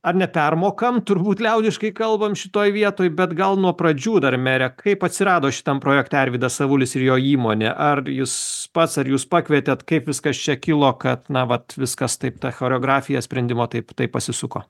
ar nepermokam turbūt liaudiškai kalbam šitoj vietoj bet gal nuo pradžių dar mere kaip atsirado šitam projekte arvydas avulis ir jo įmonė ar jūs pats ar jūs pakvietėt kaip viskas čia kilo kad na vat viskas taip ta choreografija sprendimo taip taip pasisuko